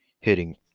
hitting